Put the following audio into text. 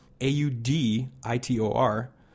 A-U-D-I-T-O-R